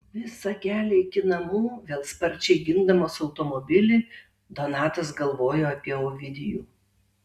visą kelią iki namų vėl sparčiai gindamas automobilį donatas galvojo apie ovidijų